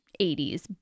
80s